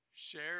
share